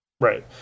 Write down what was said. Right